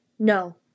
No